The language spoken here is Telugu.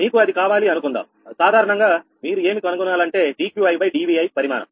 మీకు అది కావాలి అనుకుందాం సాధారణంగా మీరు ఏమి కనుగొనాలంటే dQidVi పరిమాణం